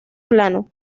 plano